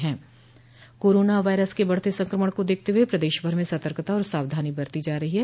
corona virus के बढ़ते संक्रमण को देखते हुए प्रदेश भर में सर्तकता और सावधानी बरती जा रही है